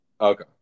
Okay